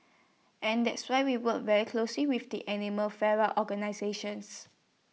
and that's why we work very closely with the animal fare war organisations